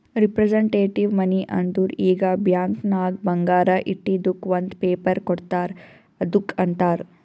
representative money ಅಂದುರ್ ಈಗ bank ನಾಗ್ ಬಂಗಾರ ಇಟ್ಟಿದುಕ್ ಒಂದ್ ಪೇಪರ್ ಕೋಡ್ತಾರ್ ಅದ್ದುಕ್ ಅಂತಾರ್